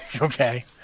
Okay